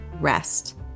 rest